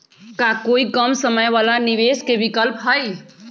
का कोई कम समय वाला निवेस के विकल्प हई?